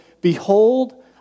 Behold